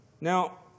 Now